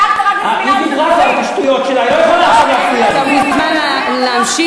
דאגת רק לסמינרים של גברים.